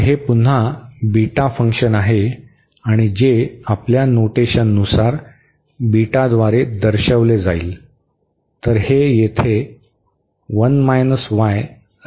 तर हे पुन्हा बीटा फंक्शन आहे आणि जे आपल्या नोटेशननुसार बीटाद्वारे दर्शविले जाईल